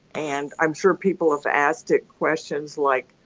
and i'm sure people have asked it questions like,